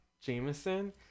Jameson